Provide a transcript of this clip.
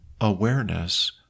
awareness